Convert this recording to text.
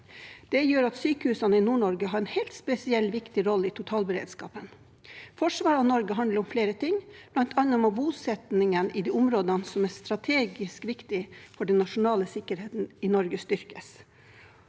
Det gjør at sykehusene i Nord-Norge har en helt spesiell og viktig rolle i totalberedskapen. Forsvaret av Norge handler om flere ting. Blant annet må bosetningen i de områdene som er strategisk viktige for den nasjonale sikkerheten i Norge, styrkes.